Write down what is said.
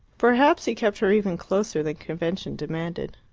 perhaps he kept her even closer than convention demanded.